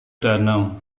danau